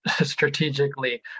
strategically